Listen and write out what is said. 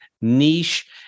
niche